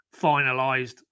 finalised